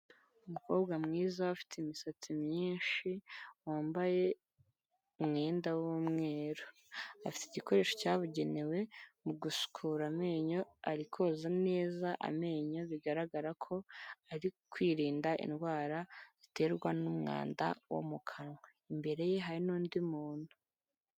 Umukobwa mwiza ufite imisatsi myinshi, wambaye umwenda w'umweru, afite igikoresho cyabugenewe mu gukura amenyo. Ari koza neza amenyo bigaragara ko ari kwirinda indwara ziterwa n'umwanda wo mu kanwa imbere ye hari n'undi muntu.